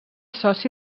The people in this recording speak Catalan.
soci